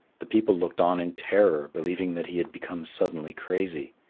the people looked on in terror, believing that he had become suddenly crazy.